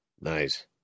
Nice